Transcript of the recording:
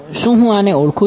શું હું આને ઓળખું છું